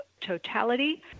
totality